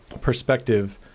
perspective